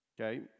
Okay